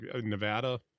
Nevada